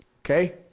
Okay